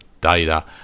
data